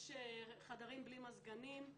יש חדרים בלי מזגנים.